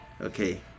Okay